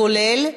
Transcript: כולל,